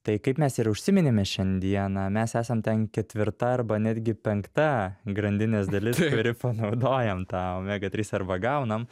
tai kaip mes ir užsiminėme šiandieną mes esam ten ketvirta arba netgi penkta grandinės dalis kuri panaudojam tą omega trys arba gaunam